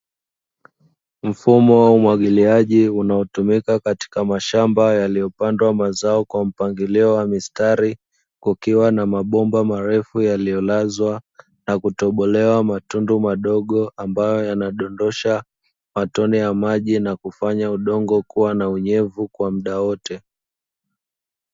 Mfumo wa umwagiliaji unao tumika katika mashamba yaliyopandwa mazao kwa mpangilio wa mistari, kukiwa na mabomba marefu yaliyolazwa na kutobolewa matundu madogo ambayo yanadondosha matone ya maji na kufanya udongo kua na unyevu kwa mda wote.